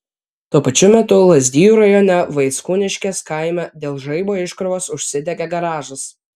tuo pačiu metu lazdijų rajone vaickūniškės kaime dėl žaibo iškrovos užsidegė garažas